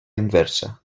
inversa